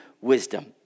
wisdom